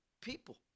people